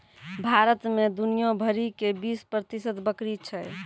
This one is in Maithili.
भारत मे दुनिया भरि के बीस प्रतिशत बकरी छै